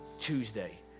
Tuesday